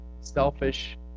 selfish